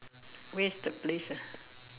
where's the place ah